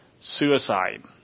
suicide